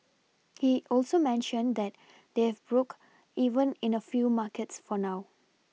he also mentioned that they've broke even in a few markets for now